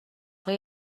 های